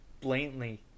blatantly